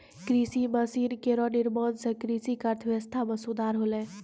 कृषि मसीन केरो निर्माण सें कृषि क अर्थव्यवस्था म सुधार होलै